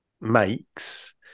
makes